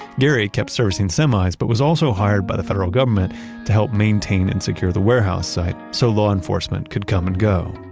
gary kept servicing semis, but was also hired by the federal government to help maintain and secure the warehouse site so law enforcement could come and go.